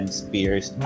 spears